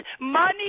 money